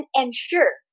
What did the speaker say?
ensure